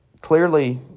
clearly